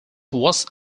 was